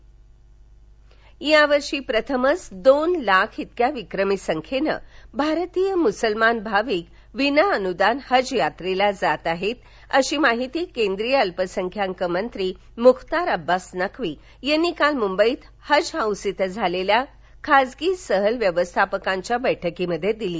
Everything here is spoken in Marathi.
हजयात्रा या वर्षी प्रथमच दोन लाख इतक्या विक्रमी संख्येनं भारतीय मुसलमान भाविक विना अनुदान हजयात्रेला जात आहेतअशी माहिती केंद्रीय अल्पसंख्याक मंत्री मूख्तार अब्बास नक्वी यांनी काल मुंबईत हज हाऊस इथं झालेल्या खासगी सहल व्यवस्थापकांच्या बैठकीत दिली